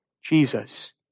Jesus